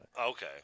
Okay